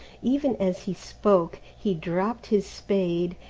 even as he spoke, he dropped his spade.